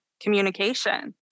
communication